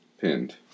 Pinned